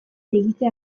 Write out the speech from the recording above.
egite